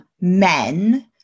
men